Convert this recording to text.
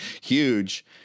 huge